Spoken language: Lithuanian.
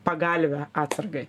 pagalvę atsargai